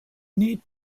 need